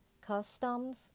customs